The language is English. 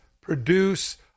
produce